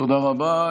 תודה רבה.